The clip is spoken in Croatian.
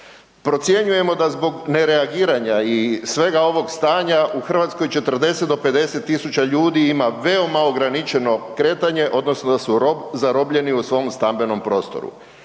Procjenjujemo da zbog nereagiranja i svega ovog stanja u Hrvatskoj 40 do 50 000 ljudi ima veoma ograničeno kretanje odnosno da su zarobljeni u svom stambenom prostoru.